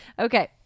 Okay